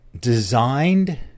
designed